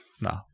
No